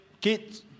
kids